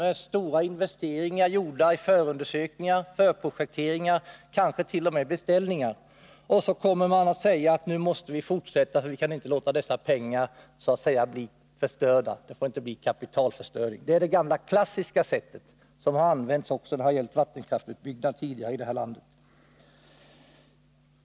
När stora investeringar har gjorts i förundersökningar och förprojekteringar och kanske t.o.m. beställningar är gjorda, säger man att vi måste fortsätta projekten för att undvika kapitalförstöring. Det är det gamla klassiska sättet — det har använts också när det gällt vattenkraftsutbyggnaden här i landet.